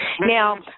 Now